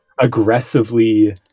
aggressively